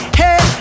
hey